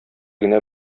генә